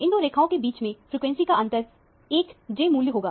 इन दो रेखाओं के बीच में फ्रिकवेंसी का अंतर एक J मूल्य होगा